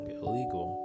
illegal